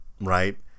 right